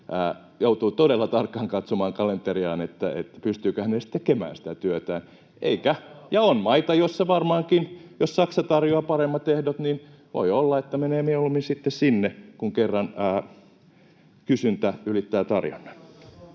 joutuu todella tarkkaan katsomaan kalenteriaan, pystyykö hän edes tekemään sitä työtään. Ja on maita, kuten Saksa: jos tarjoaa paremmat ehdot, [Sheikki Laakson välihuuto] niin voi olla, että menee mieluummin sitten sinne, kun kerran kysyntä ylittää tarjonnan.